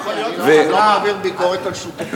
להעביר ביקורת על שותפות.